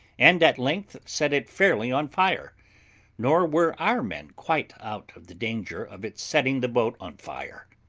and at length set it fairly on fire nor were our men quite out of the danger of its setting the boat on fire,